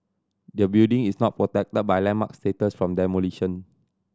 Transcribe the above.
the building is not protected by landmark status from demolition